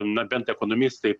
na bent ekonomistai